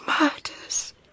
murders